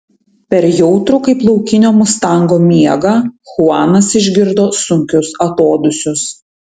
per jautrų kaip laukinio mustango miegą chuanas išgirdo sunkius atodūsius